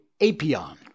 Apion